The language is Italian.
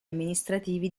amministrativi